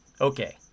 Okay